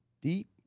deep